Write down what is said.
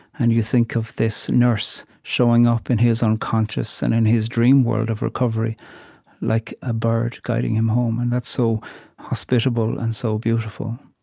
and you think of this nurse, showing up in his unconscious and in his dream world of recovery like a bird, guiding him home. and that's so hospitable and so beautiful